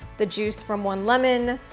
the juice from one lemon,